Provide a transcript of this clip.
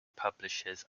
publishes